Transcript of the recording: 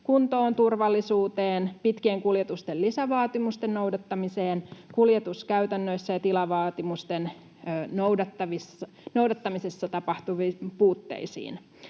kuntoon, turvallisuuteen, pitkien kuljetusten lisävaatimusten noudattamiseen, kuljetuskäytännöissä ja tilavaatimusten noudattamisessa tapahtuviin puutteisiin.